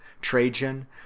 Trajan